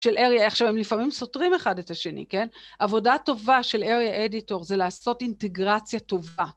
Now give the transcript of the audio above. של אריה, עכשיו הם לפעמים סותרים אחד את השני, כן? עבודה טובה של אריה אדיטור זה לעשות אינטגרציה טובה.